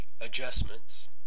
adjustments